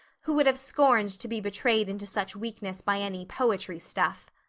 who would have scorned to be betrayed into such weakness by any poetry stuff.